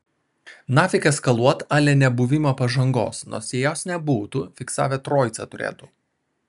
nafik eskaluot a le nebuvimą pražangos nors jei jos nebūtų fiksavę troicą turėtų